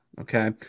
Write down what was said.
okay